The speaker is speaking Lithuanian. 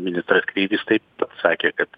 ministras kreivys taip pats sakė kad